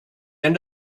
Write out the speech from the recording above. end